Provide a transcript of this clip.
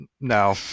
No